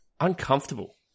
Uncomfortable